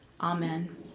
Amen